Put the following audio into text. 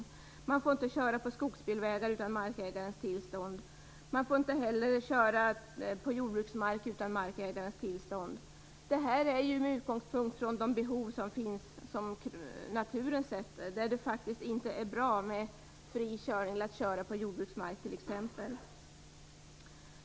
Inte heller får man köra på skogsbilvägar eller på jordbruksmark utan markägarens tillstånd. Det här har förstås sin utgångspunkt i naturens behov. Det är faktiskt inte bra att köra på jordbruksmark, t.ex.